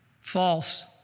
False